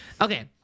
Okay